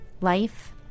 life